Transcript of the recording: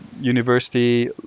university